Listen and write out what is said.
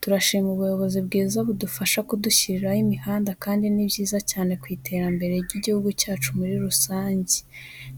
Turashima ubuyobozi bwiza budufasha kudushyiriraho imihanda kandi ni byiza cyane ku iterambere ry'igihugu cyacu muri rusange,